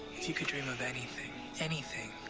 if you could dream of anything anything